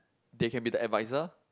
they can be the advisor